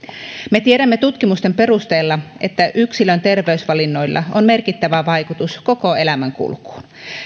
me tiedämme tutkimusten perusteella että yksilön terveysvalinnoilla on merkittävä vaikutus koko elämän kulkuun